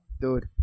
dude